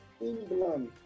England